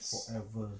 forever